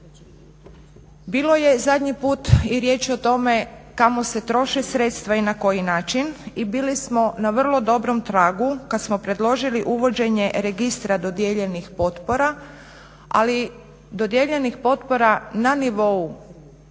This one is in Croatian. Bilo je zadnji put i riječi o tome kako se troše sredstva i na koji način i bili smo na vrlo dobrom tragu kad smo predložili uvođenje registra dodijeljenih potpora, ali dodijeljenih potpora na nivou